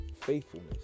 faithfulness